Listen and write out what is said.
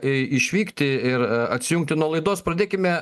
į išvykti ir atsijungti nuo laidos pradėkime